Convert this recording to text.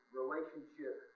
relationship